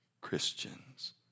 Christians